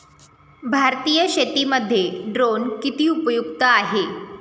भारतीय शेतीमध्ये ड्रोन किती उपयुक्त आहेत?